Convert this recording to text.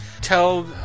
tell